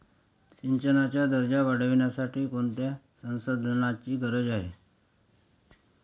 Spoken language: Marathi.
सिंचनाचा दर्जा वाढविण्यासाठी कोणत्या संसाधनांची गरज आहे?